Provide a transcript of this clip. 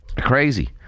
crazy